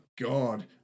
god